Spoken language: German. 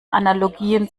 analogien